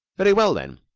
very well, then,